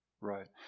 Right